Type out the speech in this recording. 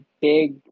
big